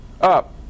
up